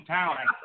town